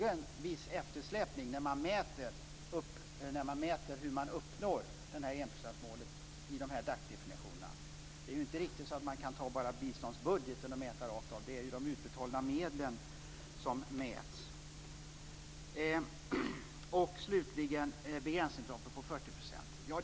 En viss eftersläpning förekommer ju när man mäter hur enprocentsmålet uppnås i fråga om DAC definitionerna. Det är ju inte riktigt så att man kan ta biståndsbudgeten och mäta rakt av, utan det är de utbetalda medlen som mäts. Slutligen gäller det begränsningen och de 40 procenten.